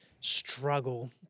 struggle